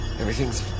Everything's